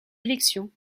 élections